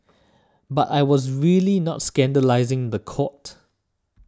but I was really not scandalising the court